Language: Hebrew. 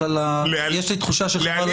יש לי תחושה שחבל על הזמן.